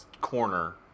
corner